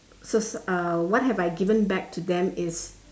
so so uh what have I given back to them is